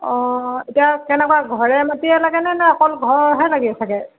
অঁ এতিয়া কেনেকুৱা ঘৰে মাটিয়ে লাগেনে নে অকল ঘৰহে লাগে চাগে